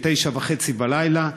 בשעה 21:30,